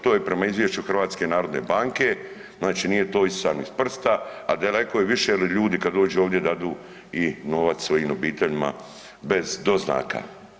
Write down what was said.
To je prema izvješću HNB-a znači nije to isisano iz prsta, a daleko je više jel ljudi kad dođu ovdje dadu i novac svojim obiteljima bez doznaka.